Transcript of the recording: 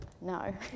no